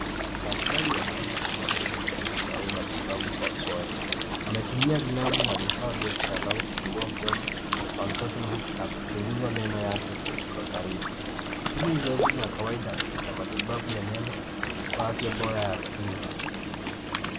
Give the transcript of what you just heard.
Daktaari wa meno anafanya uchunguzi wa matibabu kwa mgonjwa. Ametumia glavu na vifaa vya kitaalamu kufungua mdomo wa mtoto na kuchunguza meno yake kwa karibu. Hili ni zoezi la kawaida la matibabu ya meno kwa afya mbora ya Kinywa.